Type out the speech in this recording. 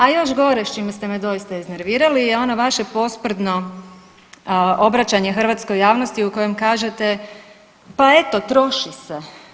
A još gore s čime ste me doista iznervirali je ona vaše posprdno obraćanje hrvatskoj javnosti u kojem kažete, pa eto troši se.